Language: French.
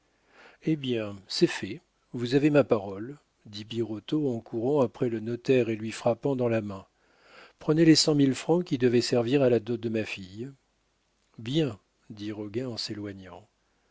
eh bien c'est fait vous avez ma parole dit birotteau en courant après le notaire et lui frappant dans la main prenez les cent mille francs qui devaient servir à la dot de ma fille bien dit roguin en s'éloignant